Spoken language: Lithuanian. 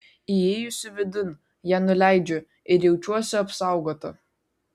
įėjusi vidun ją nuleidžiu ir jaučiuosi apsaugota